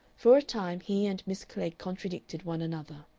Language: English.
for a time he and miss klegg contradicted one another.